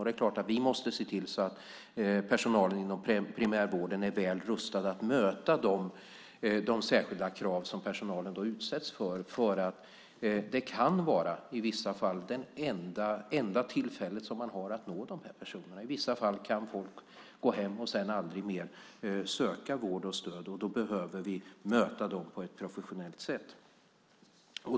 Det är klart att vi måste se till att personalen inom primärvården är väl rustad att möta de särskilda krav som de utsätts för. Det kan i vissa fall vara det enda tillfälle de har att nå de här personerna. I vissa fall kan folk gå hem och sedan aldrig mer söka vård och stöd. Därför behöver vi möta dem på ett professionellt sätt.